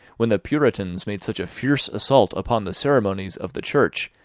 when the puritans made such a fierce assault upon the ceremonies of the church,